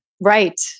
Right